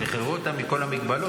שיחררו אותם מכל המגבלות עכשיו.